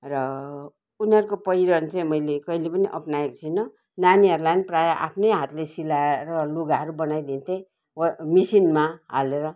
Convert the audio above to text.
र उनीहरूको पहिरन चाहिँ मैले कहिले पनि अप्नाएको छुइनँ नानीहरूलाई पनि प्रायः आफ्नै हातले सिलाएर लुगाहरू बनाइदिन्थेँ व् मिसिनमा हालेर